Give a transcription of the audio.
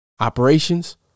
Operations